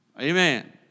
Amen